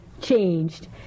changed